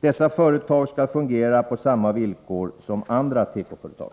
Dessa företag skall fungera på samma villkor som andra tekoföretag.